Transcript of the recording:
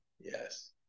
Yes